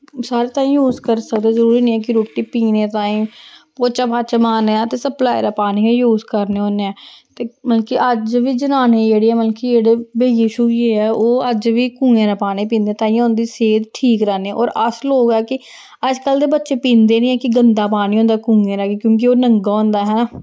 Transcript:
सारे ताईं यूस करी सकदे जरुरी निं ऐ कि रुट्टी पीने ताईं पोचा पाचा मारने आं ते सप्लाई दा पानी गै यूस करने होन्ने ते मतलब कि अज्ज बी जनानी जेह्ड़ी ऐ मतलब कि भेहिये शुइये ऐ ओह् अज्ज बी कूएं दा पानी पींदे ताइयैं उं'दी सेह्त ठीक रैह्ने होर अस लोक ऐ कि अजकल्ल दे बच्चे पींदे निं ऐ कि गंदा पानी होंदा कुएं दा क्यूंकि ओह् नंगा होंदा हैना